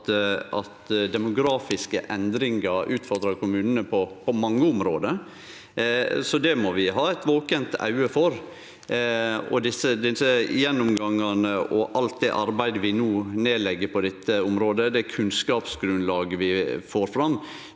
at demografiske endringar utfordrar kommunane på mange område, så det må vi ha eit vakent auge for. Desse gjennomgangane og alt det arbeidet vi no legg ned på dette området, det kunnskapsgrunnlaget vi får fram,